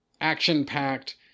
action-packed